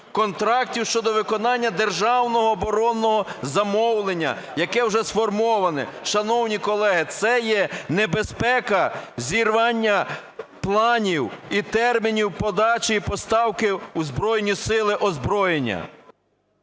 контрактів щодо виконання державного оборонного замовлення, яке вже сформоване. Шановні колеги, це є небезпека зірвання планів і термінів подачі і поставки у Збройні Сили озброєння.